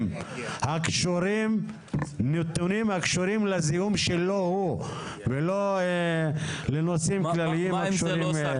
הקשורים לזיהום שלו הוא ולא לנושאים כלליים הקשורים,